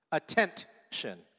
attention